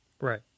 Right